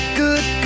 good